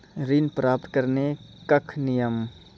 ऋण प्राप्त करने कख नियम?